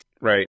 right